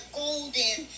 golden